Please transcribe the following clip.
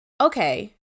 okay